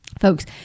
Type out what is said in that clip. folks